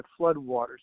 floodwaters